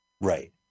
Right